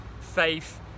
faith